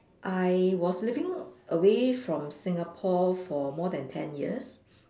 I was living away from Singapore for more than ten years